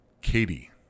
Katie